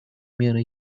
меры